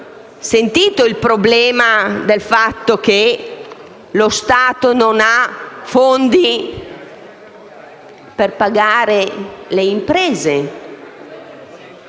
sentito del fatto che lo Stato non ha fondi per pagare le imprese.